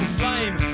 flame